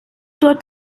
dort